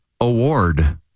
Award